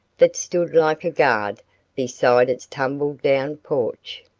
that stood like a guard beside its tumbled-down porch.